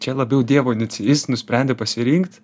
čia labiau dievo inici jis nusprendė pasirinkt